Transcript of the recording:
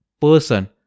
person